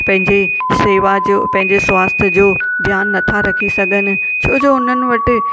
पंहिंजे सेवा जो पंहिंजे स्वास्थ्य जो ध्यानु नथा रखी सघनि छो जो उन्हनि वटि